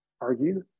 argue